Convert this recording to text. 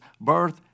birth